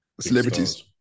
celebrities